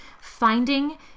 finding